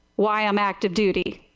why i am active duty.